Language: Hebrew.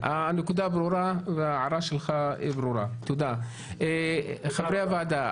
חברי הועדה,